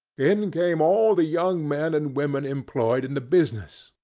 in came all the young men and women employed in the business.